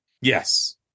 Yes